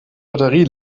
batterie